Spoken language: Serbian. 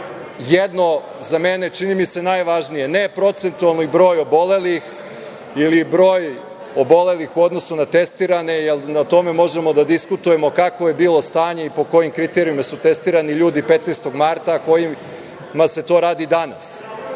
jedno za mene, čini mi se najvažnije, ne procentualni broj obolelih ili broj obolelih u odnosu na testirane, jer na tome možemo da diskutujemo kakvo je bilo stanje i po kojim kriterijumima su testirani ljudi 15. marta, kojima se to radi